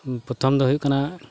ᱯᱚᱛᱷᱚᱢᱫᱚ ᱦᱩᱭᱩᱜ ᱠᱟᱱᱟ